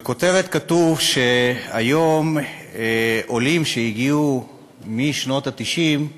בכותרת כתוב שאצל עולים שהגיעו בשנות ה-90,